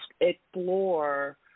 explore